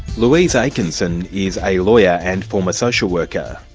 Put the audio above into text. louise akenson is a lawyer and former social worker.